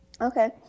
Okay